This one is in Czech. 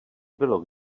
bylo